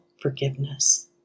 forgiveness